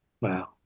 Wow